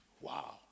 Wow